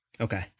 okay